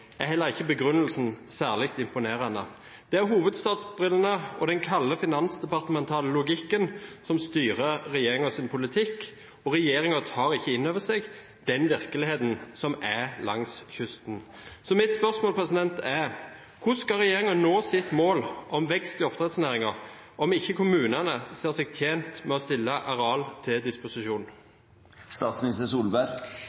er heller ikke begrunnelsen særlig imponerende. Det er hovedstadsbrillene og den kalde, finansdepartementale logikken som styrer regjeringens politikk, og regjeringen tar ikke inn over seg den virkeligheten som er langs kysten. Så mitt spørsmål er: Hvordan skal regjeringen nå sitt mål om vekst i oppdrettsnæringen om ikke kommunene ser seg tjent med å stille areal til